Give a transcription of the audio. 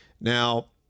Now